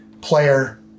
player